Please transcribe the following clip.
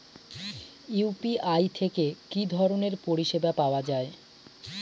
UPI থেকে কি ধরণের পরিষেবা পাওয়া য়ায়?